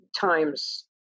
Times